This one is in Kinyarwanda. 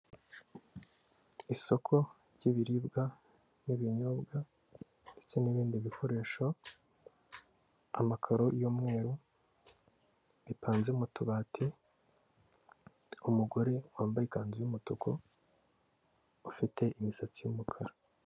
Isoko ryi'biribwa n'ibinyobwa ndetse n'ibindi bikoresho, amakaro y'umweru, bipanze mu tubati, umugore wambaye ikanzu y'umutuku ufite imisatsi y'umukara.